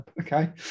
Okay